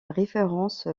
référence